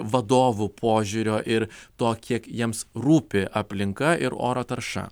vadovų požiūrio ir to kiek jiems rūpi aplinka ir oro tarša